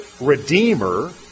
Redeemer